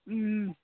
ও